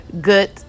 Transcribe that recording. good